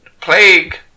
plague